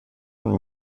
und